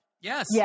Yes